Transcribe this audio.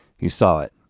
he saw it,